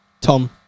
Tom